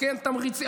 וכן תמריצים.